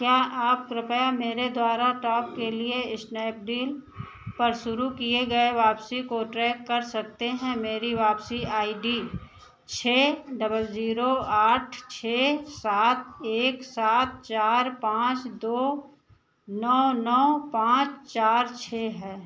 क्या आप कृपया मेरे द्वारा टॉप के लिए स्नैपडील पर शुरू किए गए वापसी को ट्रैक कर सकते हैं मेरी वापसी आई डी छः डबल जीरो आठ छः सात एक सात चार पांच दो नौ नौ पांच चार छः है